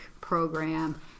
program